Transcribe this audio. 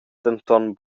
denton